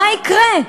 מה יקרה?